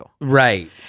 Right